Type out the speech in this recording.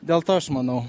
dėl to aš manau